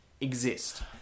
exist